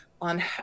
on